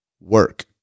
work